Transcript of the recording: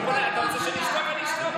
אתה רוצה שאני אשתוק?